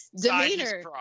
demeanor